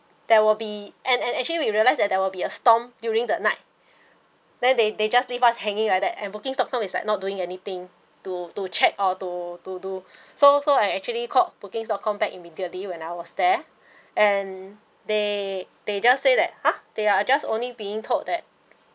there will be and and actually we realised that there will be a storm during the night then they they just leave us hanging like that and booking dot com is like not doing anything to to check or to to to so so I actually called booking dot com back immediately when I was there and they they just say that !huh! they are just only being told that